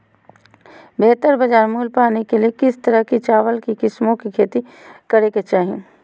बेहतर बाजार मूल्य पाने के लिए किस तरह की चावल की किस्मों की खेती करे के चाहि?